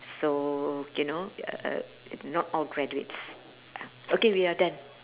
so you know uh not all graduates ah okay we are done